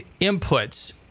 inputs